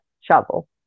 shovel